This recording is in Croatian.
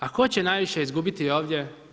A tko će najviše izgubiti ovdje?